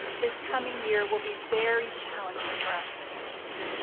this coming year will be very challenging for us financially,